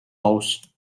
aus